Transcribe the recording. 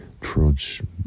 trudge